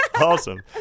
awesome